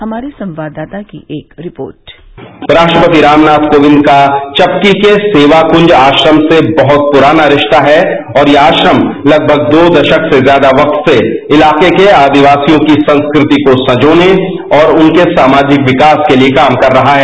हमारे संवाददाता की एक रिपोर्ट राष्ट्रपति रामनाथ कोविंद का चपकी के सेवा कुंज आश्रम से बहुत पुराना रिस्ता है और यह आश्रम लगमग दो दशक से ज्यादा क्त से इताके के आदिवासियों की संस्कृति को संजोने और उनके सामाजिक विकास के लिए काम कर रहा है